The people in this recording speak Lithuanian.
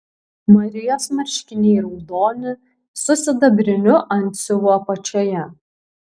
marijos marškiniai raudoni su sidabriniu antsiuvu apačioje